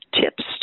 tips